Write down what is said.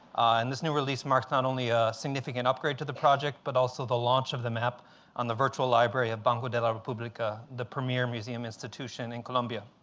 and this new release marks not only a significant upgrade to the project, but also the launch of the map on the virtual library of banco de la republica, the premiere museum institution in colombia.